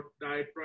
diet